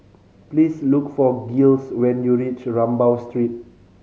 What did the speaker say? please look for Giles when you reach Rambau Street